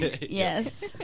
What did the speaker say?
Yes